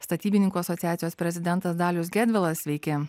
statybininkų asociacijos prezidentas dalius gedvilas sveiki